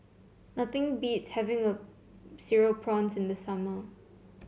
nothing beats having a Cereal Prawns in the summer